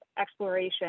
exploration